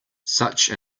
such